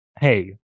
hey